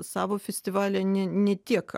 savo festivalyje ne ne tiek